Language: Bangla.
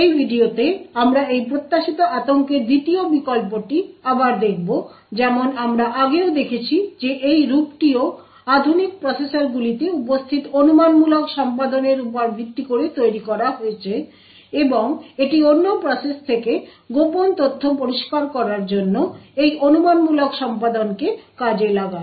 এই ভিডিওতে আমরা এই প্রত্যাশিত আতঙ্কের দ্বিতীয় বিকল্পটি আবার দেখব যেমন আমরা আগেও দেখেছি যে এই রূপটিও আধুনিক প্রসেসরগুলিতে উপস্থিত অনুমানমূলক সম্পাদনের উপর ভিত্তি করে তৈরি করা হয়েছে এবং এটি অন্য প্রসেস থেকে গোপন তথ্য পরিষ্কার করার জন্য এই অনুমানমূলক সম্পাদনকে কাজে লাগায়